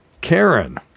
Karen